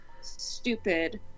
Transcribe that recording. stupid